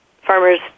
farmers